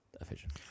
efficient